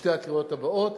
בשתי הקריאות הבאות.